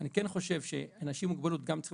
אני כן חושב שאנשים עם מוגבלות גם צריכים